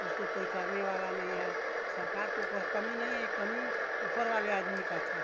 उसको कोई करने वाला नहीं है सरकार को कह कमी नहीं है यह कमी ऊपर वाले आदमी का था